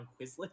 Quizlet